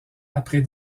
après